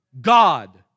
God